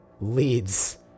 leads